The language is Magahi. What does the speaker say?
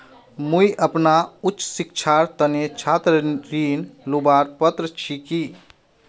मुई अपना उच्च शिक्षार तने छात्र ऋण लुबार पत्र छि कि?